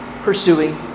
pursuing